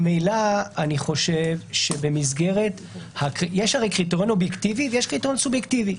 הרי יש קריטריון אובייקטיבי ויש קריטריון סובייקטיבי,